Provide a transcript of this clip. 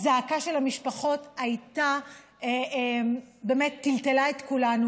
הזעקה של המשפחות באמת טלטלה את כולנו.